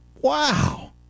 wow